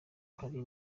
ahari